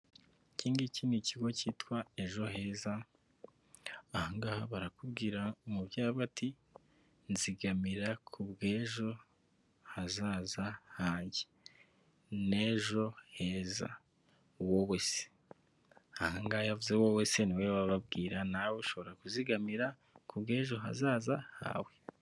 Iki ng'iki ni ikigo cyitwa ejo heza, ahangaha barakubwira umubyeyi aravuga ati:" nzigamira ku bw'ejo hazaza hanjye, n'ejo heza." Wowe se? Aha ngaha iyo bavuze wowe se? ni wowe baba babwira, nawe ushobora kuzigamira ku bw'ejo hazaza hawe.